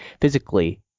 physically